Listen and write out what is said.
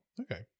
Okay